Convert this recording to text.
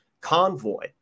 convoy